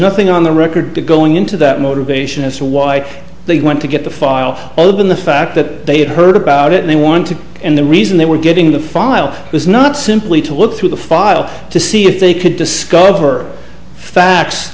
nothing on the record going into that motivation as to why they went to get the file open the fact that they had heard about it they wanted and the reason they were getting the file was not simply to look through the file to see if they could discover the facts